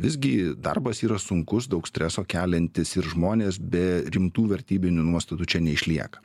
visgi darbas yra sunkus daug streso keliantis ir žmonės be rimtų vertybinių nuostatų čia neišlieka